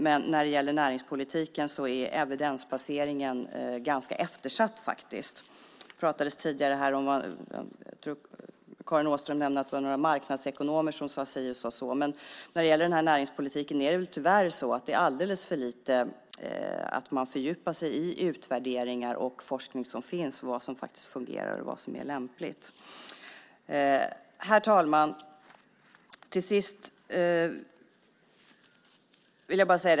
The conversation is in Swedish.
Men när det gäller näringspolitiken är evidensbaseringen ganska eftersatt. Karin Åström nämnde tidigare att det var några marknadsekonomer som sade si eller så. När det gäller näringspolitiken är det tyvärr så att man fördjupar sig alldeles för lite i utvärderingar och forskning som finns, vad som fungerar och vad som är lämpligt. Herr talman!